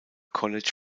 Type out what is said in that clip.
college